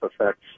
effects